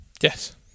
yes